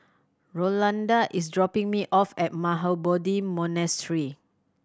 Rolanda is dropping me off at Mahabodhi Monastery